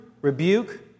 rebuke